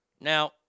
Now